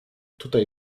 tutaj